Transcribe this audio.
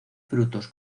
frutos